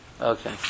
okay